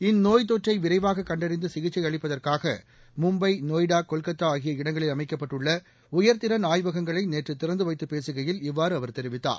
இந்நோய்த் தொற்றை விரைவாக கண்டறிந்து சிகிச்சை அளிப்பதற்காக மும்பை நொய்டா கொல்கத்தா ஆகிய இடங்களில் அமைக்கப்பட்டுள்ள உயர்திறன் ஆய்வகங்களை நேற்று திறந்து வைத்துப் பேசுகையில் இவ்வாறு அவர் தெரிவித்தார்